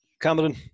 Cameron